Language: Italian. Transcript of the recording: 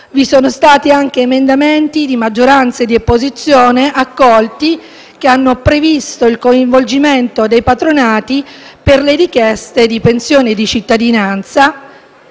accolti anche emendamenti di maggioranza e di opposizione che hanno previsto il coinvolgimento dei patronati per le richieste di pensione di cittadinanza.